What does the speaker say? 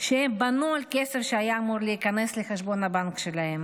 שהם בנו על כסף שהיה אמור להיכנס לחשבון הבנק שלהם